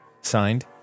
Signed